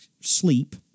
sleep